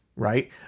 right